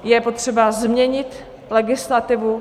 Je potřeba změnit legislativu.